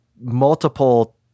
multiple